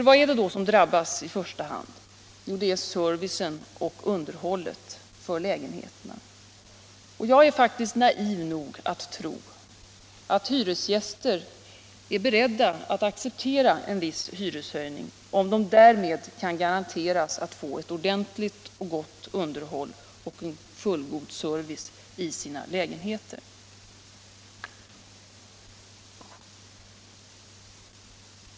Vad är det då som drabbas i första hand? Jo, servicen och underhållet av lägenheterna. Jag är faktiskt naiv nog att tro att hyresgäster är beredda att acceptera en viss hyres höjning, om de därmed kan garanteras att få ett ordentligt och gott underhåll samt fullgod service för sina lägenheter.